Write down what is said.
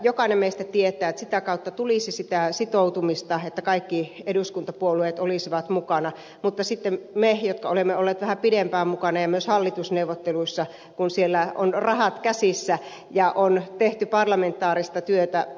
jokainen meistä tietää että sitä kautta tulisi sitoutumista että kaikki eduskuntapuolueet olisivat mukana mutta sitten muistamme tilanteen me jotka olemme olleet vähän pitempään mukana ja myös hallitusneuvotteluissa kun siellä on rahat käsissä ja on tehty parlamentaarista työtä